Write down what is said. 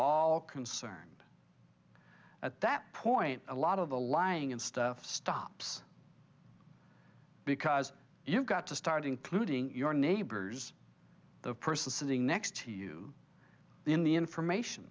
all concerned at that point a lot of the lying and stuff stops because you've got to start including your neighbors the person sitting next to you in the information